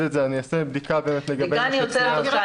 את זה אני אעשה בדיקה לגבי --- אני עוצרת אותך.